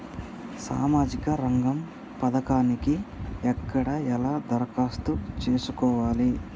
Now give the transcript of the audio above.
సామాజిక రంగం పథకానికి ఎక్కడ ఎలా దరఖాస్తు చేసుకోవాలి?